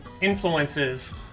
influences